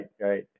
Right